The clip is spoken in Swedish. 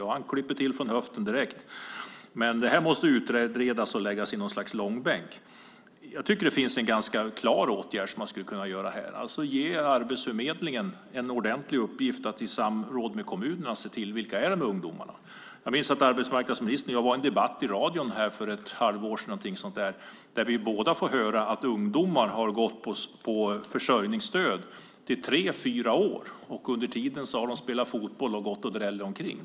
Då har han klippt till från höften direkt, men det här måste utredas och läggas i något slags långbänk. Jag tycker att det finns en ganska klar åtgärd man skulle kunna göra här: Ge Arbetsförmedlingen i uppgift att i samråd med kommunerna se efter vilka de här ungdomarna är! Jag minns att arbetsmarknadsministern och jag hade en debatt i radio för ungefär ett halvår sedan, där vi båda fick höra om ungdomar som gått på försörjningsstöd i tre fyra år. Under tiden hade de spelat fotboll och drällt omkring.